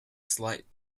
slight